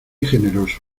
generoso